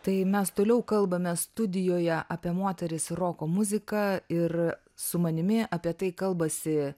tai mes toliau kalbamės studijoje apie moteris ir roko muziką ir su manimi apie tai kalbasi